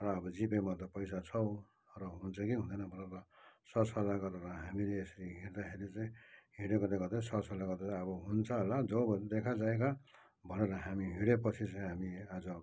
र अब जिपेमा त पैसा छ र हुन्छ कि हुँदैन भनेर सर सल्लाह गरेर हामीले यसरी हिँड्दाखेरि चाहिँ हिँडेकोले गर्दा सर सल्लाह गर्दा चाहिँ अब हुन्छ होला जो होगा देखा जायेगा भनेर हामी हिँडेपछि चाहिँ हामी आज